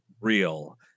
real